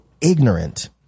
ignorant